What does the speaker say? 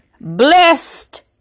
Blessed